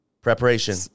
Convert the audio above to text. Preparation